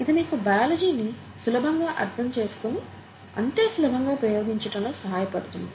ఇది మీకు బయాలజీ ని సులభంగా అర్థం చేస్కుని అంతే సులభంగా ప్రయోగించటంలో సహాయపడుతుంది